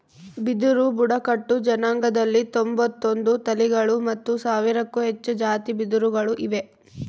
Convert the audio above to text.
ಬಿದಿರು ಬುಡಕಟ್ಟು ಜನಾಂಗದಲ್ಲಿ ತೊಂಬತ್ತೊಂದು ತಳಿಗಳು ಮತ್ತು ಸಾವಿರಕ್ಕೂ ಹೆಚ್ಚು ಜಾತಿ ಬಿದಿರುಗಳು ಇವೆ